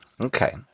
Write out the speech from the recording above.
okay